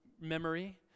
memory